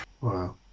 Wow